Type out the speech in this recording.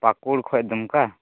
ᱯᱟᱠᱩᱲ ᱠᱷᱚᱱ ᱫᱩᱢᱠᱟ